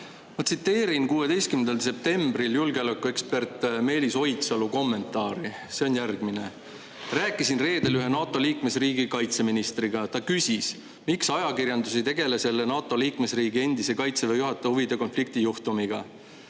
Ma tsiteerin julgeolekuekspert Meelis Oidsalu 16. septembri kommentaari. See on järgmine: "Rääkisin reedel ühe NATO liikmesriigi kaitseministriga. Ta küsis, miks ajakirjandus ei tegele selle NATO liikmesriigi endise kaitseväe juhataja huvide konflikti juhtumiga.